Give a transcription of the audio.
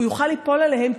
הוא יוכל ליפול עליהם,